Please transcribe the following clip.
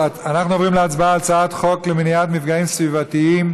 עוברים להצבעה על הצעת חוק למניעת מפגעים סביבתיים.